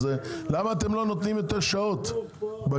למה אתם לא נותנים יותר שעות לזה?